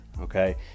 okay